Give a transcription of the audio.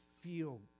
feel